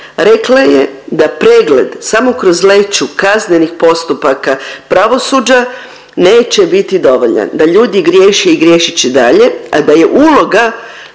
Rekla je da pregled samo kroz leću kaznenih postupaka pravosuđa neće biti dovoljan, da ljudi griješe i griješit će dalje, a da je uloga